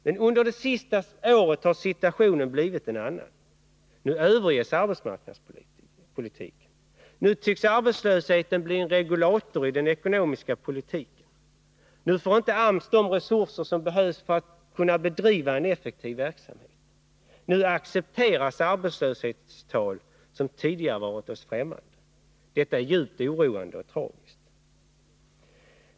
Men under det senaste året har situationen blivit en annan. Nu överges arbetsmarknadspolitiken. Nu tycks arbetslösheten bli en regulator i den ekonomiska politiken. Nu får inte AMS de resurser som behövs för att kunna bedriva en effektiv verksamhet. Nu accepteras arbetslöshetstal som tidigare varit oss fftämmande. Detta är djupt oroande och tragiskt.